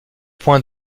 point